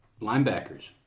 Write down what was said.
Linebackers